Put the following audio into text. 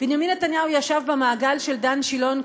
בנימין נתניהו ישב במעגל של דן שילון,